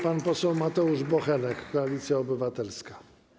Pan poseł Mateusz Bochenek, Koalicja Obywatelska.